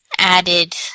added